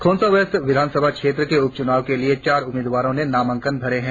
Khonsa west विधानसभा क्षेत्र के उपचुनाव के लिए चार उम्मीदवारों ने नामांकन भरे है